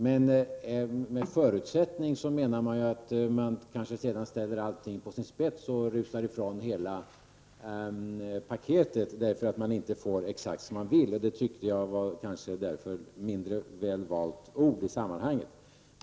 Men med förutsättning menar man ju att man kanske sedan ställer allt på sin spets och rusar ifrån hela paketet därför att man inte får exakt som man vill. Därför tyckte jag att det kanske var ett mindre väl valt ord i sammanhanget.